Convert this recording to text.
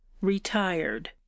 retired